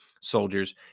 soldiers